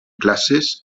classes